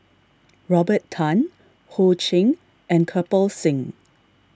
Robert Tan Ho Ching and Kirpal Singh